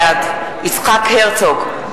בעד יצחק הרצוג,